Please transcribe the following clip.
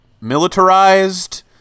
militarized